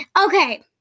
okay